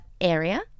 area